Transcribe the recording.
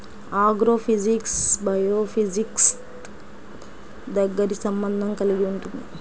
agrophysics బయోఫిజిక్స్తో దగ్గరి సంబంధం కలిగి ఉంటుంది